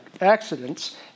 accidents